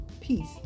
peace